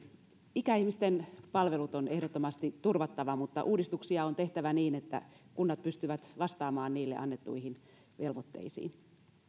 ikäihmisten palvelut on ehdottomasti turvattava mutta uudistuksia on tehtävä niin että kunnat pystyvät vastaamaan niille annettuihin velvoitteisiin